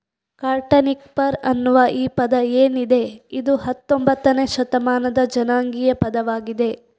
cotton picker ಅನ್ನುವ ಈ ಪದ ಏನಿದೆ ಇದು ಹತ್ತೊಂಭತ್ತನೇ ಶತಮಾನದ ಜನಾಂಗೀಯ ಪದವಾಗಿದೆ